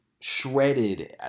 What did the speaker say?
shredded